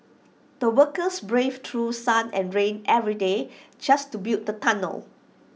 the workers braved through sun and rain every day just to build the tunnel